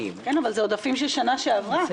אבל זה עודפים של שנה שעברה.